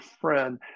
friend